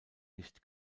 nicht